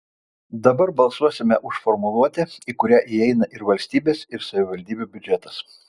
dabar balsuosime už formuluotę į kurią įeina ir valstybės ir savivaldybių biudžetas